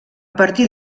partir